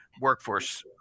workforce